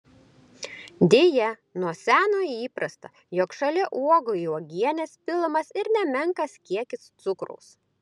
deja nuo seno įprasta jog šalia uogų į uogienes pilamas ir nemenkas kiekis cukraus